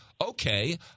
okay